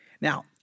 Now